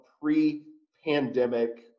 pre-pandemic